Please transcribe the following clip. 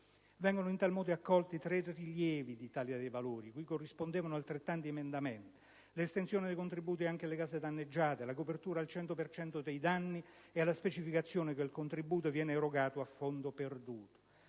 Vengono in tal modo accolti tre rilievi dell'Italia dei Valori, cui corrispondevano altrettanti emendamenti: l'estensione dei contributi anche alla case danneggiate, la copertura al 100 per cento dei danni e la specificazione che il contributo viene erogato a fondo perduto.